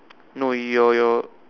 no your your